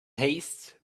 haste